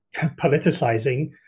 politicizing